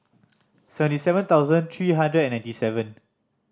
seventy seven thousand three hundred and ninety seven